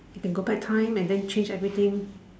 he can go back time and change everything